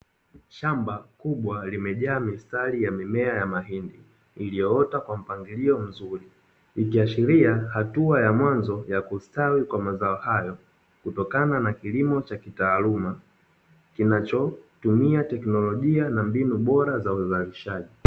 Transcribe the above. Shamba kubwa limejaa mistari ya mimea ya mahindi iliyoota kwa mpangilio mzuri, ikiashiria hatua ya mwanzo ya kustawi kwa mazao hayo kutokana na kilimo cha kitaaluma, kinachotumia teknolojia na mbinu bora za uzalishaji.